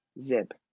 zip